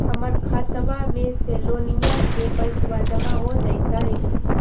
हमर खातबा में से लोनिया के पैसा जामा हो जैतय?